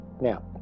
Now